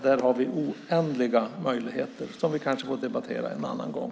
Där har vi oändliga möjligheter som vi kanske får debattera en annan gång.